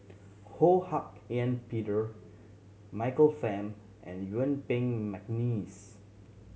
Ho Hak Ean Peter Michael Fam and Yuen Peng McNeice